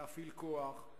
להפעיל כוח,